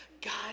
God